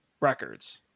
records